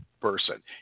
Person